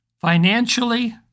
financially